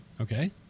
Okay